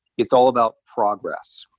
it's all about progress.